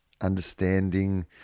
understanding